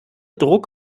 druck